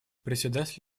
председатель